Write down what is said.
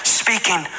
speaking